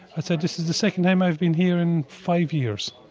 i'd say this is the second time i've been here in five years.